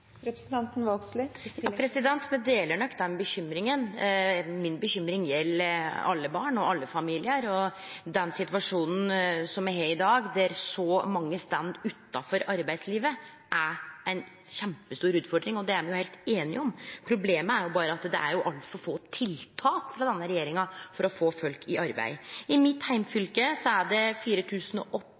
Me deler nok den bekymringa. Mi bekymring gjeld alle barn og alle familiar, og den situasjonen me har i dag, der så mange står utanfor arbeidslivet, er ei kjempestor utfordring. Det er me jo heilt einige om. Problemet er at det er altfor få tiltak frå denne regjeringa for å få folk i arbeid. I mitt heimfylke er det